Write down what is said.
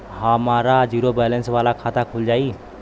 हमार zero balance वाला खाता खुल जाई?